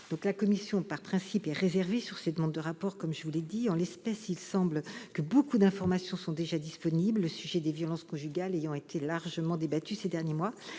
la commission est, par principe, réservée sur les demandes de rapport. En l'espèce, il semble que beaucoup d'informations sont déjà disponibles, le sujet des violences conjugales ayant été largement débattu ces derniers mois.